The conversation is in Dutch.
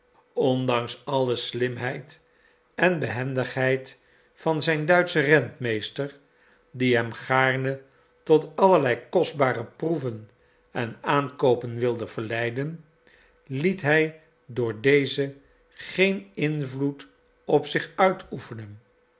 ondanks alle slimheid en behendigheid van zijn duitschen rentmeester die hem gaarne tot allerlei kostbare proeven en aankoopen wilde verleiden liet hij door dezen geen invloed op zich uitoefenen